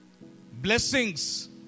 blessings